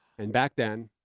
and back then,